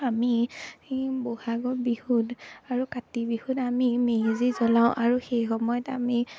আমি ই ব'হাগৰ বিহুত আৰু কাতি বিহুত আমি মেজি জ্বলাওঁ আৰু সেই সময়ত আমি